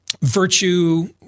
virtue